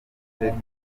ndetse